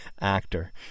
actor